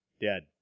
dead